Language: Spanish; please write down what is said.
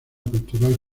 cultural